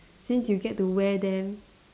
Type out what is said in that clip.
since you get to wear them